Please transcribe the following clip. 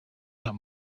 that